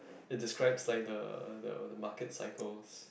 it describes like the the uh the market cycles